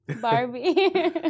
Barbie